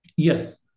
Yes